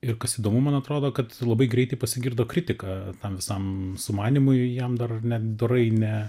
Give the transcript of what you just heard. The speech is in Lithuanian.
ir kas įdomu man atrodo kad labai greitai pasigirdo kritika tam visam sumanymui jam dar net dorai net